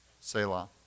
Selah